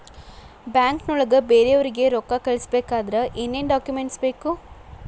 ಬ್ಯಾಂಕ್ನೊಳಗ ಬೇರೆಯವರಿಗೆ ರೊಕ್ಕ ಕಳಿಸಬೇಕಾದರೆ ಏನೇನ್ ಡಾಕುಮೆಂಟ್ಸ್ ಬೇಕು?